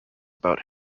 about